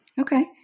Okay